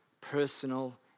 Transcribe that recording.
personal